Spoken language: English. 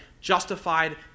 justified